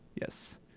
yes